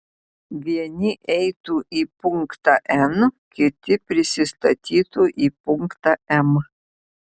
vieni eitų į punktą n kiti prisistatytų į punktą m